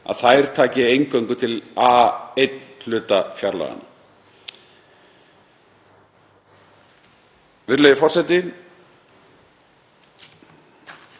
að þær taki eingöngu til A-1 hluta fjárlaganna. Virðulegi forseti.